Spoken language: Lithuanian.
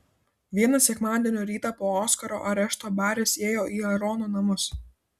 vieną sekmadienio rytą po oskaro arešto baris ėjo į aarono namus